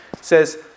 says